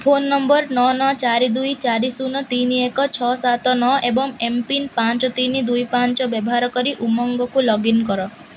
phone ନମ୍ବର ନଅ ନଅ ଚାରି ଦୁଇ ଚାରି ଶୂନ ତିନି ଏକ୍ ଛଅ ସାତ ନଅ ଏବଂ ଏମ୍ପିନ୍ ପାଞ୍ଚ ତିନି ଦୁଇ ପାଞ୍ଚ ବ୍ୟବହାର କରି ଉମଙ୍ଗକୁ ଲଗ୍ଇନ କର